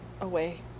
Away